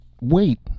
wait—